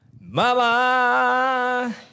Mama